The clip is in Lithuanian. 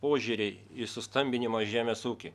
požiūriai į sustambinimą žemės ūky